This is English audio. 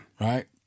Right